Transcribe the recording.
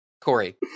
Corey